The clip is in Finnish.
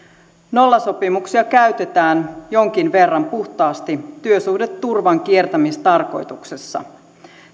nollasopimuksia käytetään jonkin verran puhtaasti työsuhdeturvan kiertämistarkoituksessa